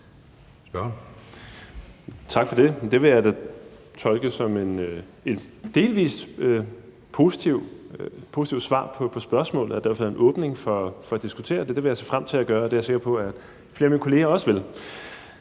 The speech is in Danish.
Tak for det. Det vil jeg da delvis tolke som et positivt svar på spørgsmålet og derfor en åbning for at diskutere det. Det vil jeg se frem til at gøre, og det er jeg sikker på flere af mine kolleger også vil.